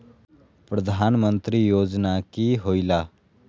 प्रधान मंत्री योजना कि होईला?